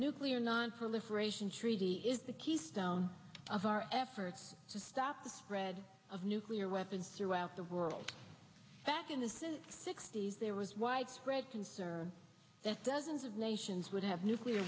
nuclear nonproliferation treaty is the keystone of our efforts to stop the spread of nuclear weapons throughout the world back in the sixty's there was widespread concern that dozens of nations would have nuclear